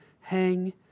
hang